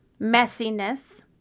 messiness